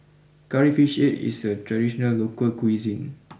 Curry Fish Head is a traditional local cuisine